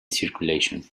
circulation